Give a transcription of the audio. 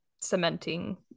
cementing